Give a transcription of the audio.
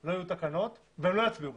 לא יהיו תקנות והאנשים לא יצביעו.